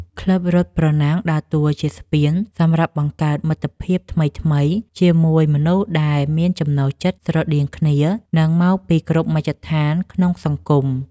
ក្លឹបរត់ប្រណាំងដើរតួជាស្ពានសម្រាប់បង្កើតមិត្តភាពថ្មីៗ ជាមួយមនុស្សដែលមានចំណូលចិត្តស្រដៀងគ្នា និងមកពីគ្រប់មជ្ឈដ្ឋានក្នុងសង្គម។